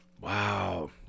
Wow